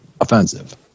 offensive